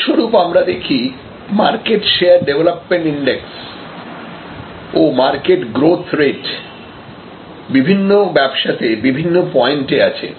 ফলস্বরূপ আমরা দেখি মার্কেট শেয়ার ডেভলপমেন্ট ইনডেক্স ও মার্কেট গ্রোথ রেট বিভিন্ন ব্যবসাতে বিভিন্ন পয়েন্টে আছে